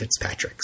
Fitzpatricks